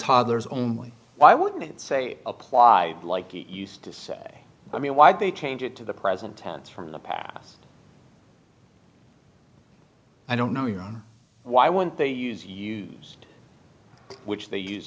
toddlers only why wouldn't it say applied like it used to say i mean why would they change it to the present tense from the past i don't know you know why when they use use which they use